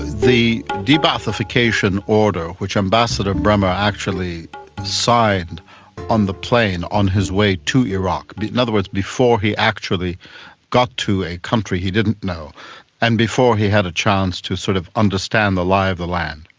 the de-ba'athification order which ambassador bremer actually signed on the plane on his way to iraq, but in other words before he actually got to a country he didn't know and before he had a chance to sort of understand the lie of the land,